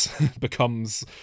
becomes